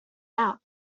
out